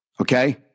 okay